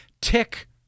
Tick